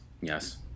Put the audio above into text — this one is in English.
yes